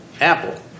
apple